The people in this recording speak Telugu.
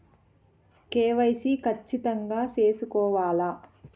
కె.వై.సి ఖచ్చితంగా సేసుకోవాలా